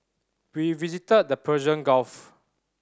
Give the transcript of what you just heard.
we visited the Persian Gulf